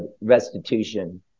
restitution